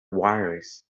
wires